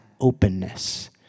openness